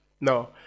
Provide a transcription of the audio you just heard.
no